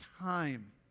time